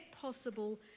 possible